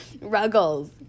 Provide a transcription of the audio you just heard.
Ruggles